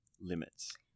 limits